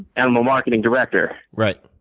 and i'm a marketing director. right.